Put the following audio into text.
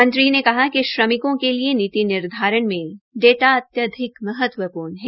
मंत्री ने कहा कि श्रमिकों के लिए नीति निर्धारण में डाटा अत्याधिक महत्वपूर्ण है